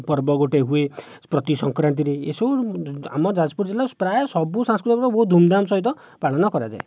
ପର୍ବ ଗୋଟିଏ ହୁଏ ପ୍ରତି ସଂକ୍ରାନ୍ତିରେ ଏସବୁ ଆମ ଯାଜପୁର ଜିଲ୍ଲା ପ୍ରାୟ ସବୁ ସାଂସ୍କୃତିକ ପର୍ବ ବହୁତ ଧୂମ୍ଧାମ୍ ସହିତ ପାଳନ କରାଯାଏ